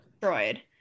destroyed